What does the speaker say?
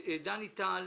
דני טל,